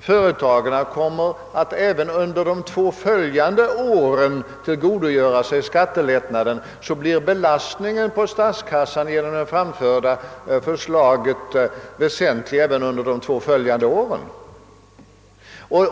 företagen kommer att även under de två eller tre följande åren tillgodogöra sig skattelättnader, blir belastningen på statskassan enligt det framlagda förslaget väsentlig även under de följande åren.